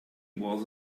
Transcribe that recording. was